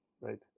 Right